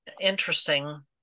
interesting